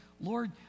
Lord